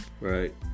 Right